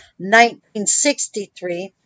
1963